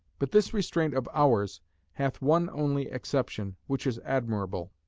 but this restraint of ours hath one only exception, which is admirable